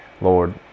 Lord